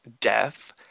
death